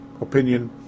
opinion